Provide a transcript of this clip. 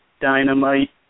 Dynamite